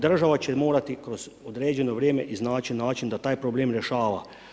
Država će morati kroz određeno vrijeme iznaći način da taj problem rješava.